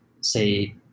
say